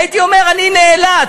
הייתי אומר: אני נאלץ,